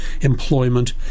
employment